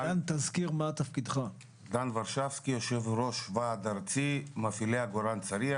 דן ורשבסקי יושב-ראש ועד ארצי של מפעילי עגורן צריח.